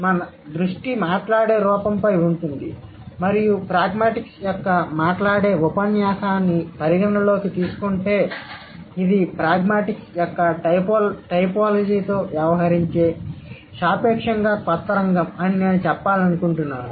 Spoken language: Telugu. మా దృష్టి మాట్లాడే రూపంపై ఉంటుంది మరియు ప్రాగ్మాటిక్స్ యొక్క మాట్లాడే ఉపన్యాసాన్ని పరిగణనలోకి తీసుకుంటే ఇది ప్రాగ్మాటిక్స్ యొక్క టైపోలాజీతో వ్యవహరించే సాపేక్షంగా కొత్త రంగం అని నేను చెప్పాలనుకుంటున్నాను